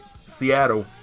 Seattle